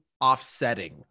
offsetting